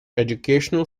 educational